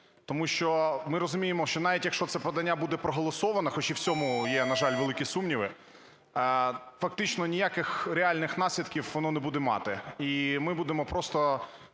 Тому що ми розуміємо, що навіть якщо це подання буде проголосоване, хоч і в цьому є, на жаль, великі сумніви, фактично ніяких реальних наслідків воно не буде мати. І ми будемо просто